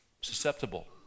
susceptible